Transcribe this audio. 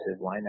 lineup